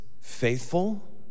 faithful